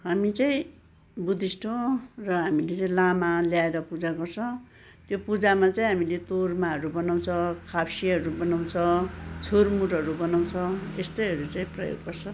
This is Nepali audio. हामी चाहिँ बुद्धिस्ट हो र हामीले चाहिँ लामा ल्याएर पूजा गर्छ त्यो पूजामा चाहिँ हामीले तोर्माहरू बनाउँछ खाप्सेहरू बनाउँछ छुर्मुरहरू बनाउँछ त्यस्तैहरू चाहिँ प्रयोग गर्छ